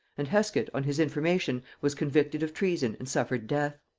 and hesket on his information was convicted of treason and suffered death.